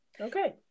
Okay